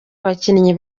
abakinnyi